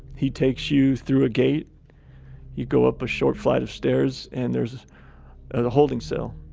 he takes you through a gate you go up a short flight of stairs and there's a holding cell.